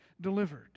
delivered